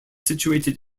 situated